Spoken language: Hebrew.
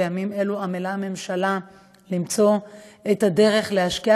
בימים אלו הממשלה עמלה למצוא את הדרך להשקיע